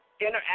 interact